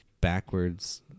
backwards